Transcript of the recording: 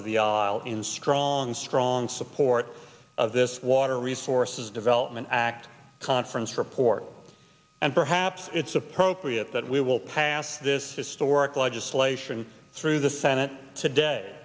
of the aisle in strong strong support of this water resources development act conference report and perhaps it's appropriate that we will pass this historic legislation through the senate today